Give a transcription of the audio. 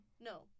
No